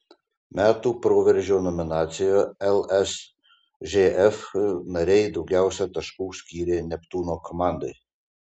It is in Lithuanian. metų proveržio nominacijoje lsžf nariai daugiausiai taškų skyrė neptūno komandai